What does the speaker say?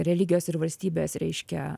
religijos ir valstybės reiškia